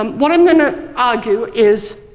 um what i'm going to argue is,